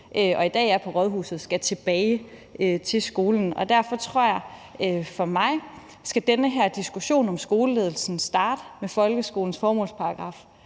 og i dag er på rådhuset, skal tilbage til skolen. Og derfor tror jeg, at for mig skal den her diskussion om skoleledelsen starte med folkeskolens formålsparagraf,